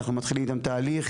אנחנו מתחילים איתם תהליך.